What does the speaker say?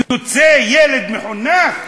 יוצא ילד מחונך?